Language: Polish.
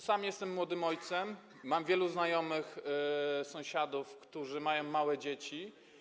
Sam jestem młodym ojcem, mam wielu znajomych, sąsiadów, którzy mają małe dzieci.